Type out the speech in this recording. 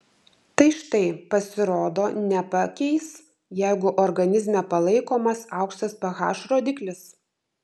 tai štai pasirodo nepakeis jeigu organizme palaikomas aukštas ph rodiklis